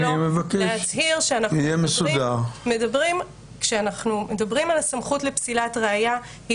להסביר שכשאנחנו מדברים על הסמכות לפסילת ראיה היא